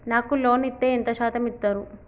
నాకు లోన్ ఇత్తే ఎంత శాతం ఇత్తరు?